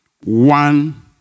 one